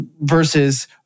versus